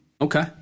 Okay